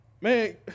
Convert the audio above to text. Man